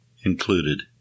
included